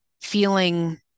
feeling